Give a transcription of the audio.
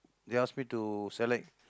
they ask me to select